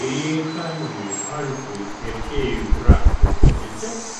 ir jei kalviui alfui ir fėjų kraštui pasiseks